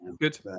good